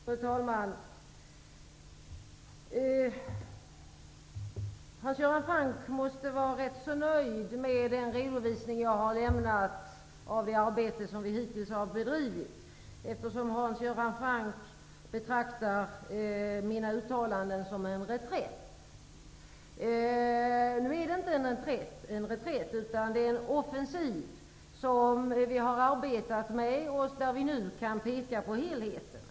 Fru talman! Hans Göran Franck måste vara rätt nöjd med den redovisning jag har lämnat av det arbete som vi hittills har bedrivit, eftersom han betraktar mina uttalanden som en reträtt. De är inte någon reträtt, utan en offensiv, som vi har arbetat med och där vi nu kan peka på helheten.